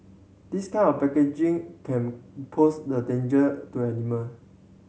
this kind of packaging can pose the danger to animal